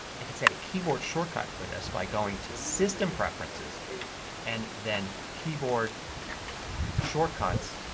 i can set a keyboard shortcut for this by going to system preferences and then keyboard shortcuts,